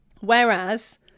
Whereas